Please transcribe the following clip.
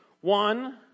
One